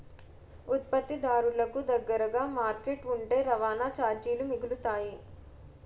ఉత్పత్తిదారులకు దగ్గరగా మార్కెట్ ఉంటే రవాణా చార్జీలు మిగులుతాయి